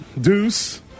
deuce